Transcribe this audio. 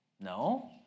No